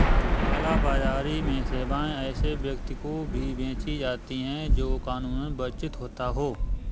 काला बाजारी में सेवाएं ऐसे व्यक्ति को भी बेची जाती है, जो कानूनन वर्जित होता हो